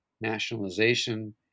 nationalization